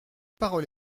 parole